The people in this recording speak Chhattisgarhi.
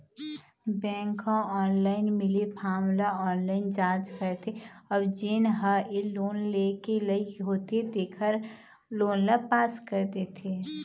बेंक ह ऑनलाईन मिले फारम ल ऑनलाईन जाँच करथे अउ जेन ह ए लोन लेय के लइक होथे तेखर लोन ल पास कर देथे